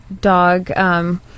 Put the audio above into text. dog